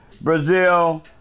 Brazil